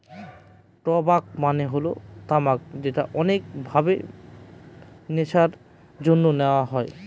টবাক মানে হল তামাক যেটা অনেক ভাবে নেশার জন্যে নেওয়া হয়